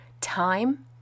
time